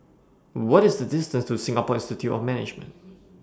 What IS The distance to Singapore Institute of Management